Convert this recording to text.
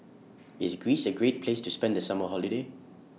IS Greece A Great Place to spend The Summer Holiday